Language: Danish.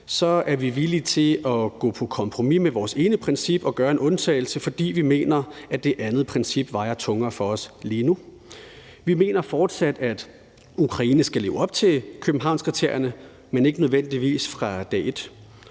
er vi villige til at gå på kompromis med vores ene princip og gøre en undtagelse, fordi vi mener, at det andet princip vejer tungere for os lige nu. Vi mener fortsat, at Ukraine skal leve op til Københavnskriterierne, men ikke nødvendigvis fra dag et.